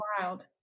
wild